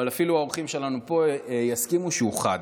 אבל אפילו האורחים שלנו פה יסכימו שהוא חד.